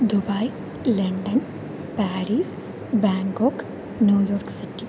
Dubai London Paris Bangkok New York city